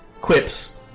quips